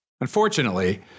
Unfortunately